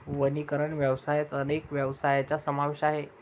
वनीकरण व्यवसायात अनेक व्यवसायांचा समावेश आहे